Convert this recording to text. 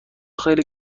خیلی